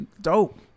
dope